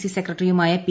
C സെക്രട്ടറിയുമായ P